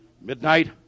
midnight